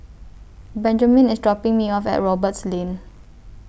Benjamine IS dropping Me off At Roberts Lane